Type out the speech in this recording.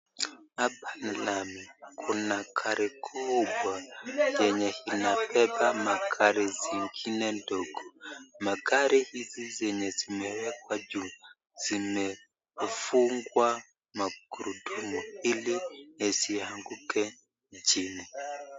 Hapa lami kuna gari kubwa yenye inabeba magari zingine ndogo. Magari hizi zenye zimeekwa juu zimefungwa magurudumu ili yasianguke chini.